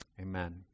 Amen